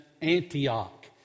Antioch